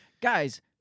guys